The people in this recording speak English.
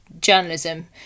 journalism